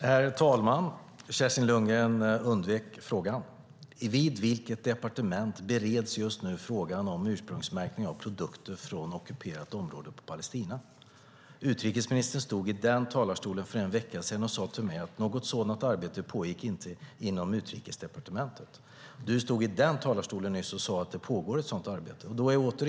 Herr talman! Kerstin Lundgren undvek frågan. Vid vilket departement bereds just nu frågan om ursprungsmärkning av produkter från ockuperat område i Palestina? Utrikesministern stod i talarstolen för en vecka sedan och sade till mig att något sådant arbete inte pågick inom Utrikesdepartementet. Du själv stod nyss och sade att det pågår ett sådant arbete.